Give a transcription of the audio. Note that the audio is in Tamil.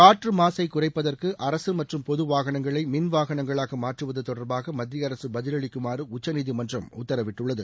காற்று மாசை குறைப்பதற்கு அரசு மற்றும் பொது வாகனங்களை மின் வாகனங்களாக மாற்றுவது தொடர்பாக மத்திய அரசு பதிலளிக்குமாறு உச்சநீதிமன்றம் உத்தரவிட்டுள்ளது